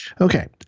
Okay